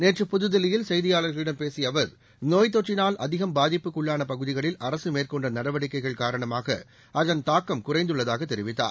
நேற்று புதுதில்லியில் செய்தியாளர்களிடம் பேசிய அவர் நோய் தொற்றினால் அதிகம் பாதிப்புக்கு உள்ளான பகுதிகளில் அரசு மேற்கொண்ட நடவடிக்கைகள் காரணமாக அதன் தாக்கம் குறைந்துள்ளதாகத் தெரிவித்தார்